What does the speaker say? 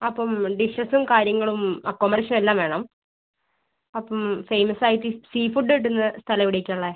അപ്പം ഡിഷസ്സും കാര്യങ്ങളും അക്കോമഡേഷനും എല്ലാം വേണം അപ്പം ഫേമസ് ആയിട്ട് സീ ഫുഡ് കിട്ടുന്ന സ്ഥലം എവിടെ ഒക്കെയാണ് ഉള്ളത്